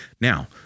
Now